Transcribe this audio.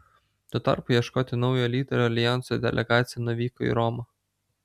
tuo tarpu ieškoti naujo lyderio aljanso delegacija nuvyko į romą